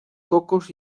cocos